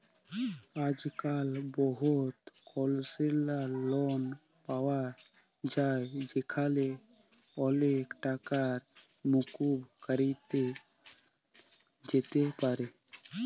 আইজক্যাল বহুত কলসেসলাল লন পাওয়া যায় যেখালে অলেক টাকা মুকুব ক্যরা যাতে পারে